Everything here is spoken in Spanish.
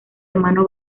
hermano